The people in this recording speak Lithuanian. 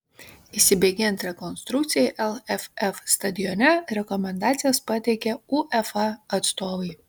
įsibėgėjant rekonstrukcijai lff stadione rekomendacijas pateikė uefa atstovai